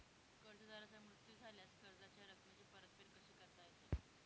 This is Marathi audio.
कर्जदाराचा मृत्यू झाल्यास कर्जाच्या रकमेची परतफेड कशी करता येते?